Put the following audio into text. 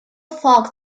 факт